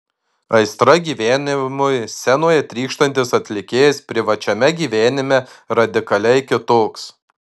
aistra gyvenimui scenoje trykštantis atlikėjas privačiame gyvenime radikaliai kitoks